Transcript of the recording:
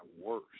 worse